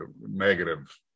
negative